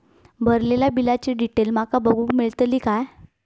भरलेल्या बिलाची डिटेल माका बघूक मेलटली की नाय?